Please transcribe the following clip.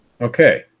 Okay